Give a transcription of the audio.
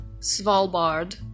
Svalbard